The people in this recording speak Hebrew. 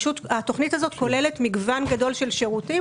התכנית הזאת כוללת מגוון גדול של שירותים